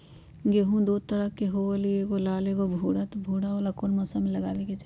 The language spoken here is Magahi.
गेंहू दो तरह के होअ ली एगो लाल एगो भूरा त भूरा वाला कौन मौसम मे लगाबे के चाहि?